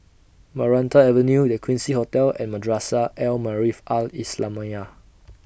Maranta Avenue The Quincy Hotel and Madrasah Al Maarif Al Islamiah